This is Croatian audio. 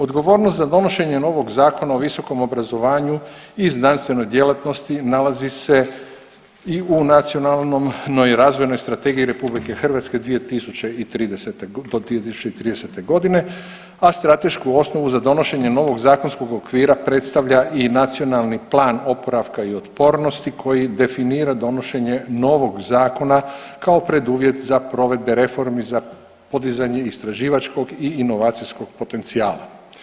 Odgovornost za donošenje novog Zakona o visokom obrazovanju i znanstvenoj djelatnosti nalazi se i u nacionalnom, no i razvojnoj strategiji RH 2030., do 2030. g., a stratešku osnovu za donošenje novog zakonskog okvira predstavlja i Nacionalni plan oporavka i otpornosti koji definira donošenje novog zakona kao preduvjet za provedbe reformi za podizanje istraživačkog i inovacijskog potencijala.